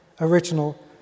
original